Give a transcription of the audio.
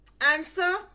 Answer